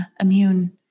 immune